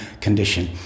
condition